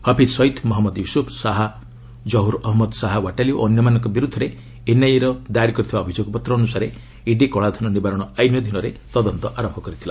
ହଫିଜ୍ ସୟିଦ୍ ମହଜ୍ମଦ ୟୁସୁଫ୍ ଶାହା କହୁର୍ ଅହଜ୍ଞଦ ଶାହା ୱାଟାଲି ଓ ଅନ୍ୟମାନଙ୍କ ବିରୁଦ୍ଧରେ ଏନ୍ଆଇଏ ଦାଏର କରିଥିବା ଅଭିଯୋଗ ପତ୍ର ଅନୁସାରେ ଇଡି କଳାଧନ ନିବାରଣ ଆଇନ ଅଧୀନରେ ତଦନ୍ତ ଆରମ୍ଭ କରିଥିଲା